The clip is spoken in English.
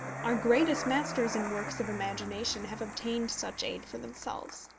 our greatest masters in works of imagination have obtained such aid for themselves.